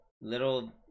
little